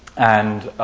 and